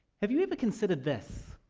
have you ever considered this?